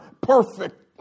perfect